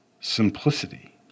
simplicity